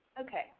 Okay